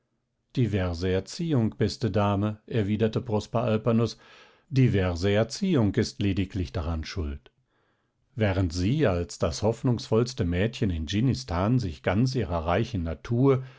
wegen diverse erziehung beste dame erwiderte prosper alpanus diverse erziehung ist lediglich daran schuld während sie als das hoffnungsvollste mädchen in dschinnistan sich ganz ihrer reichen natur